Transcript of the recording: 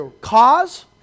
Cause